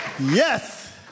Yes